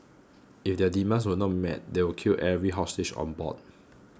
if their demands were not met they would kill every hostage on board